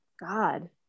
God